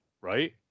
right